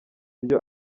byo